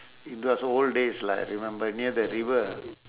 in those old days lah I remember near the river